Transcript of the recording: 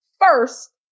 first